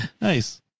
Nice